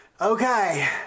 Okay